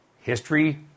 History